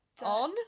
on